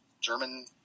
German